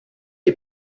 est